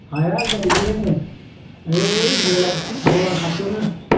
हाया गायग्रायानो ओइ बलानि बलानि खाथियावनो